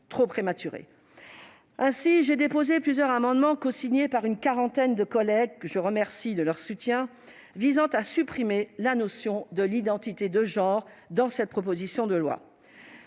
prématurée. Aussi, j'ai déposé plusieurs amendements, cosignés par une trentaine de collègues, que je remercie de leur soutien, visant à supprimer la mention d'identité de genre dans cette proposition de loi.